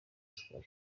cumi